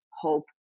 hope